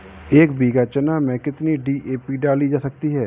एक बीघा चना में कितनी डी.ए.पी डाली जा सकती है?